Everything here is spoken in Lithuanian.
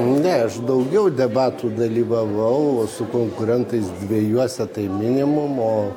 ne aš daugiau debatų dalyvavau su konkurentais dviejuose tai minimumo